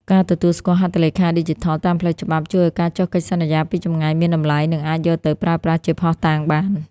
ការទទួលស្គាល់ "ហត្ថលេខាឌីជីថល" តាមផ្លូវច្បាប់ ជួយឱ្យការចុះកិច្ចសន្យាពីចម្ងាយមានតម្លៃ និងអាចយកទៅប្រើប្រាស់ជាភស្តុតាងបាន។